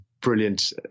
brilliant